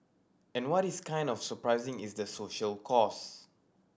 and what is kind of surprising is the social cost